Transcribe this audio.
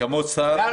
אחרי